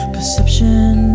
Perception